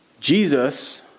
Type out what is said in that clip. Jesus